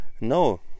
No